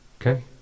okay